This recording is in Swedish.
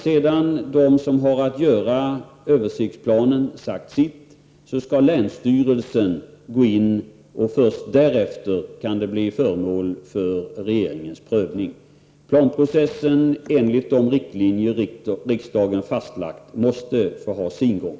Sedan de som har att göra översiktsplanen har sagt sitt skall länsstyrelsen gå in, och först därefter kan ärendet bli föremål för regeringens prövning. Planprocessen enligt de riktlinjer som riksdagen har fastlagt måste få ha sin gång.